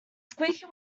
squeaky